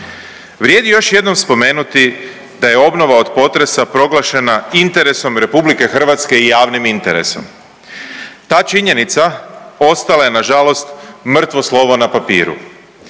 Vrijedi još jednom spomenuti da je obnova od potresa proglašena interesom RH i javnim interesom. Ta činjenica ostala je nažalost mrtvo slovo na papiru.